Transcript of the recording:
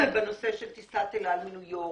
בנושא של טיסת אל על מניו יורק,